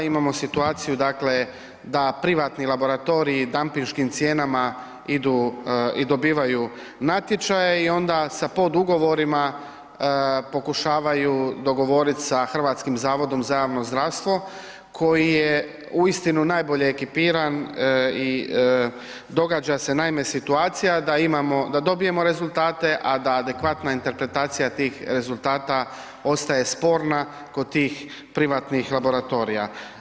Imamo situaciju dakle, da privatni laboratoriji, dampinškim cijenama idu i dobivaju natječaje i onda sa podugovorima pokušavaju dogovorit sa Hrvatskim zavodom za javno zdravstvo, koje je uistinu najbolje ekipiran i događa se naime, situacija da imamo, da dobijemo rezultate, a da adekvatna interpretacija tih rezultata ostaje sporna kod tih privatnih laboratorija.